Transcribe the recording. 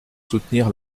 soutenir